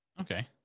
Okay